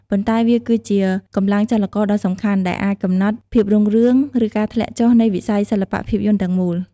ប៉ុន្តែវាគឺជា កម្លាំងចលករដ៏សំខាន់ ដែលអាចកំណត់ ភាពរុងរឿង ឬការធ្លាក់ចុះ នៃវិស័យសិល្បៈភាពយន្តទាំងមូល។